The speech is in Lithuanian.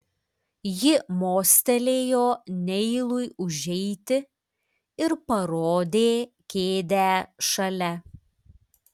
ji mostelėjo neilui užeiti ir parodė kėdę šalia